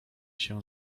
się